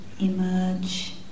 emerge